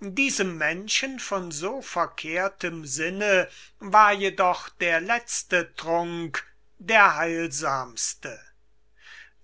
diesem menschen von so verkehrtem sinne war jedoch der letzte trunk der heilsamste